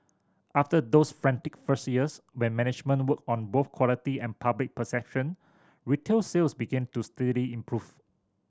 after those frantic first years when management worked on both quality and public perception retail sales began to steadily improve